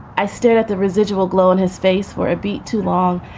i stared at the residual glow on his face for a bit too long,